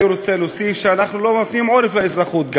אני רוצה להוסיף שאנחנו גם לא מפנים עורף לאזרחות.